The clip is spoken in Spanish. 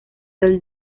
del